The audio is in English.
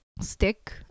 stick